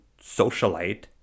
socialite